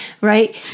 right